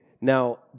Now